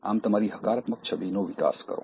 આમ તમારી હકારાત્મક છબીનો વિકાસ કરો